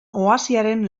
oasiaren